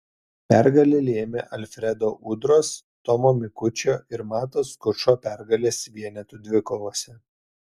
pergalę lėmė alfredo udros tomo mikučio ir mato skučo pergalės vienetų dvikovose